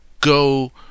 go